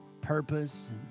purpose